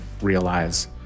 realize